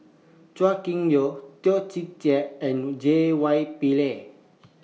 Chua Kim Yeow Toh Chin Chye and J Y Pillay